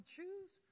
choose